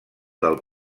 del